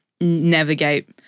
Navigate